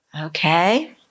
Okay